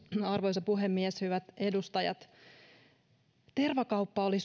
arvoisa puhemies hyvät edustajat tervakauppa oli